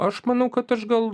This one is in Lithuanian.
aš manau kad aš gal